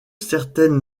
certaine